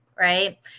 right